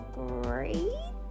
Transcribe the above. great